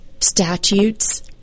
statutes